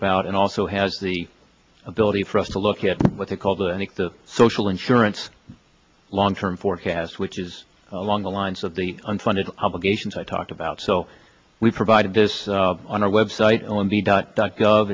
about and also has the ability for us to look at what they call the i think the social insurance long term forecast which is along the lines of the unfunded obligations i talked about so we provided this on our website on the dot dot gov